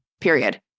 period